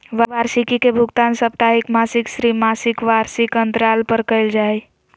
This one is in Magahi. वार्षिकी के भुगतान साप्ताहिक, मासिक, त्रिमासिक, वार्षिक अन्तराल पर कइल जा हइ